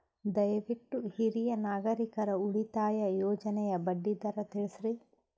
ದಯವಿಟ್ಟು ಹಿರಿಯ ನಾಗರಿಕರ ಉಳಿತಾಯ ಯೋಜನೆಯ ಬಡ್ಡಿ ದರ ತಿಳಸ್ರಿ